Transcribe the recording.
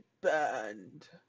banned